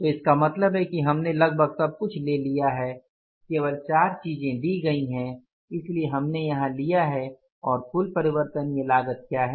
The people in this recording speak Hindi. तो इसका मतलब है कि हमने लगभग सब कुछ यहां ले लिया है केवल चार चीजें दी गई हैं इसलिए हमने यहां लिया है और कुल परिवर्तनीय लागत क्या है